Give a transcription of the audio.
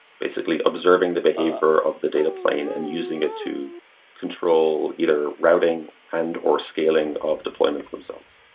basically, observing the behavior of the data plane and using it to control either routing and or scaling of deployments themselves.